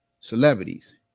celebrities